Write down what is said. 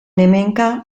hemenka